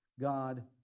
God